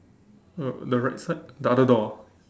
uh the right side the other door ah